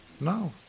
No